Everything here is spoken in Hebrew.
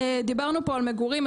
דיברנו פה על מגורים.